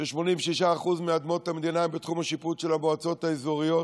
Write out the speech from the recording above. ש-86% מאדמות המדינה הן בתחום השיפוט של המועצות האזוריות,